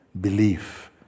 belief